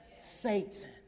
Satan